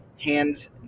hands